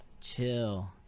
chill